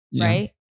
right